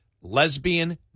Lesbian